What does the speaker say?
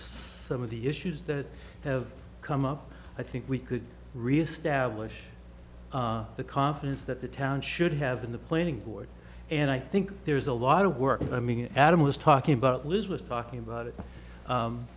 some of the issues that have come up i think we could real stablish the confidence that the town should have in the planning board and i think there's a lot of work i mean adam was talking about liz was talking about it